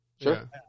Sure